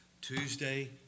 Tuesday